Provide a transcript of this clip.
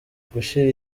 gushyira